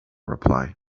reply